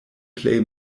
plej